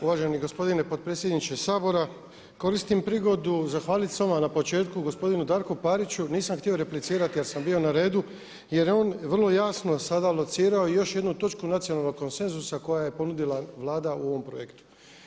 Uvaženi gospodine potpredsjedniče Sabora koristim prigodu zahvaliti se na odmah na početku gospodinu Darku Pariću, nisam htio replicirati jer sam bio na redu, jer je on vrlo jasno sada locirao još jednu točku nacionalnog konsenzusa koju je ponudila Vlada u ovom projektu.